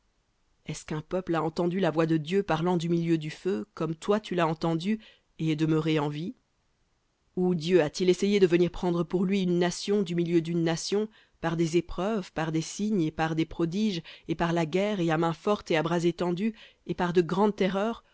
est-ce qu'un peuple a entendu la voix de dieu parlant du milieu du feu comme toi tu l'as entendue et est demeuré en vie ou dieu a-t-il essayé de venir prendre pour lui une nation du milieu d'une nation par des épreuves par des signes et par des prodiges et par la guerre et à main forte et à bras étendu et par de grandes terreurs